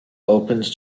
opens